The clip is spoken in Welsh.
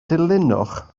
dilynwch